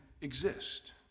exist